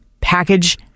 package